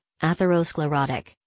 atherosclerotic